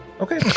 okay